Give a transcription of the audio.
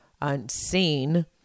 unseen